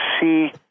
see